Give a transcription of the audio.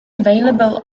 available